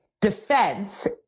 defense